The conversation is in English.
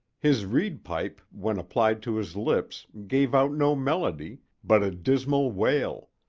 his reed pipe when applied to his lips gave out no melody, but a dismal wail